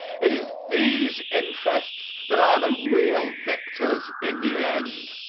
it is these interests that are the real victors in the end.